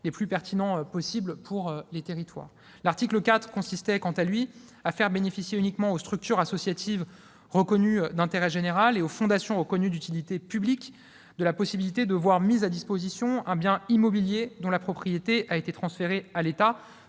les plus pertinents possible pour les territoires. L'article 4 consistait, quant à lui, à permettre aux seules structures associatives reconnues d'intérêt général et fondations reconnues d'utilité publique de bénéficier de la mise à disposition d'un bien immobilier dont la propriété a été transférée à l'État,